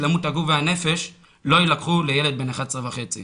שלמות הגוף והנפש לא יילקחו לילד בן 11 וחצי.